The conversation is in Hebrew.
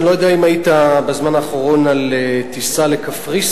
אני לא יודע אם היית בזמן האחרון בטיסה לקפריסין,